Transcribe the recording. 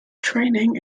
training